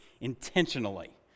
intentionally